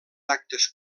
actes